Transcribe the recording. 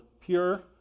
pure